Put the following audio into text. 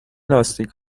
لاستیک